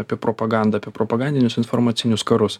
apie propagandą apie propagandinius informacinius karus